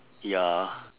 ya